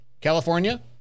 California